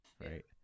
right